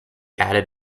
added